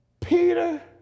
peter